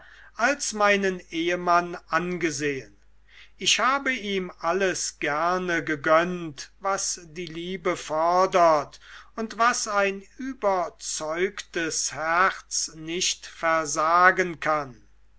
als meinen ehemann angesehen ich habe ihm alles gerne gegönnt was die liebe fordert und was ein überzeugtes herz nicht versagen kann